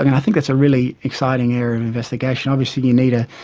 i think that's a really exciting area of investigation. obviously you need, ah